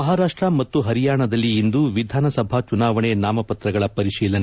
ಮಹಾರಾಷ್ಲ ಮತ್ತು ಹರಿಯಾಣದಲ್ಲಿ ಇಂದು ವಿಧಾನಸಭಾ ಚುನಾವಣೆ ನಾಮಪತ್ರಗಳ ಪರಿಶೀಲನೆ